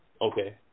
Okay